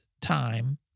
time